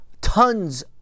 tons